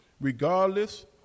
regardless